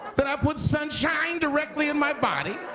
but i put sunshine directly in my body?